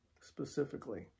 Specifically